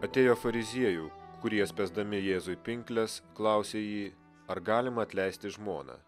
atėjo fariziejų kurie spęsdami jėzui pinkles klausė jį ar galima atleisti žmoną